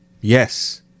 Yes